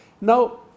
Now